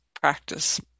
practice